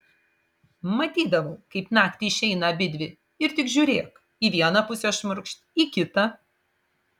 matydavau kaip naktį išeina abidvi ir tik žiūrėk į vieną pusę šmurkšt į kitą